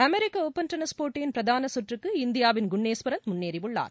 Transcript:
அமெிக்க open tennis போட்டியின் பிரதான கற்றுக்கு இந்தியாவின் குனேஸ்வரன் முன்னேறியுள்ளார்